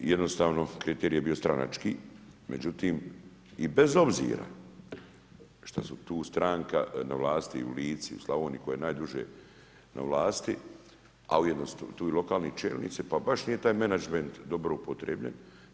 Jednostavno kriterij je bio stranački, međutim i bez obzira šta su tu stranka na vlasti i u Lici, u Slavoniji koja je najduže na vlasti, a ujedno su tu i lokalni čelnici, pa baš nije taj menadžment dobro upotrijebljen.